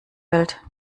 welt